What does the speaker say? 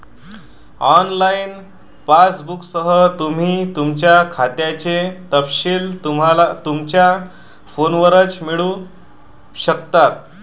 online पासबुकसह, तुम्ही तुमच्या खात्याचे तपशील तुमच्या फोनवरच मिळवू शकता